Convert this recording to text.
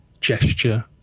gesture